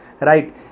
right